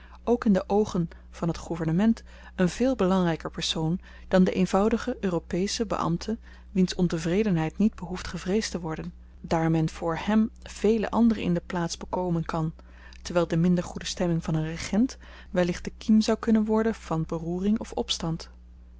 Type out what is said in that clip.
ook in de oogen van t gouvernement een veel belangryker persoon dan de eenvoudige europesche beambte wiens ontevredenheid niet behoeft gevreesd te worden daar men voor hem vele anderen in de plaats bekomen kan terwyl de minder goede stemming van een regent wellicht de kiem zou kunnen worden van beroering of opstand